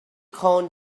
call